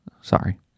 Sorry